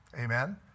amen